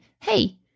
hey